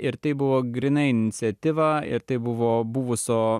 ir tai buvo grynai iniciatyva ir tai buvo buvusio